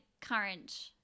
current